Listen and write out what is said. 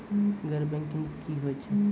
गैर बैंकिंग की होय छै?